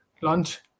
lunch